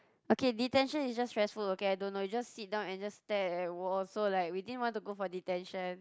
okay detention is just stressful okay I don't know you just sit down and just stare at wall so like we didn't want to go for detention